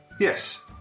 Yes